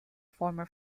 former